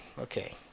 okay